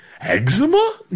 eczema